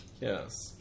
yes